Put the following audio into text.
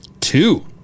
Two